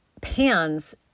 pans